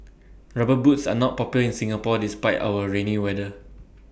rubber boots are not popular in Singapore despite our rainy weather